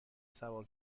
سوار